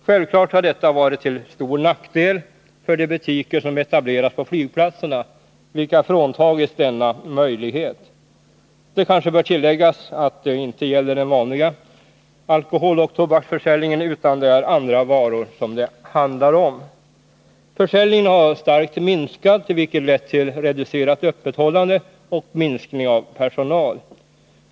Självklart har detta varit till stor nackdel för de butiker som etablerats på flygplatserna, vilka fråntagits denna möjlighet. Det kanske bör tilläggas att det inte gäller den vanliga alkoholoch tobaksförsäljningen, utan att det är andra varor det handlar om. Försäljningen har klart minskat, vilket lett till reducerat öppethållande och minskning av personal.